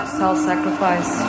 self-sacrifice